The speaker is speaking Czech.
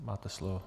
Máte slovo.